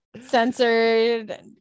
censored